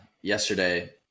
yesterday